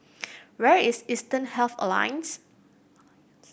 where is Eastern Health Alliance